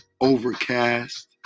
Overcast